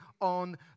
on